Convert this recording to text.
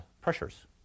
pressures